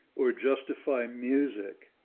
or justify music.